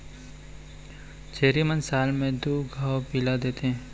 छेरी मन साल म दू घौं पिला देथे